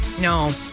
No